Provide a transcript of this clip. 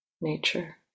nature